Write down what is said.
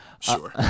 Sure